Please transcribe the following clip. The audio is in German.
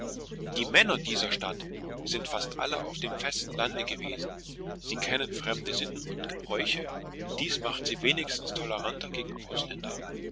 die männer dieser stadt sind fast alle auf dem festen lande gewesen sie kennen fremde sitten und gebräuche dies macht sie wenigstens toleranter gegen ausländer